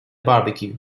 barbecue